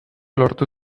lortu